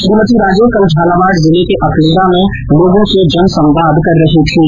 श्रीमती राजे कल झालावाड़ जिले के अकलेरा में लोगों से जनसंवाद कर रही थीं